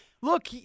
Look